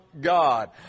God